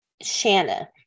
Shanna